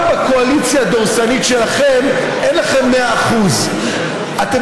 גם בקואליציה הדורסנית שלכם אין לכם 100%. אתם